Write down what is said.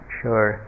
sure